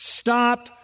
Stop